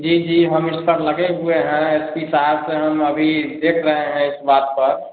जी जी हम इसी पर लगे हुए हैं एस पी साहब तो हम अभी देख रहे हैं इस बात पर